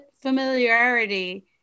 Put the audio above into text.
familiarity